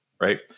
right